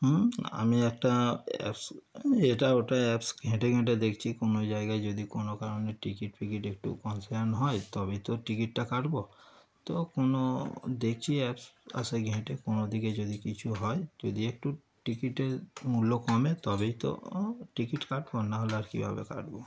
হুম আমি একটা অ্যাপস এটা ওটা অ্যাপস ঘেঁটে ঘেঁটে দেখছি কোনো জায়গায় যদি কোনো কারণে টিকিট ফিকিট একটু কনসেশান হয় তবেই তো টিকিটটা কাটব তো কোনো দেখছি অ্যাপস আর সেই ঘেঁটে কোনো দিকে যদি কিছু হয় যদি একটু টিকিটের মূল্য কমে তবেই তো টিকিট কাটব নাহলে আর কীভাবে কাটব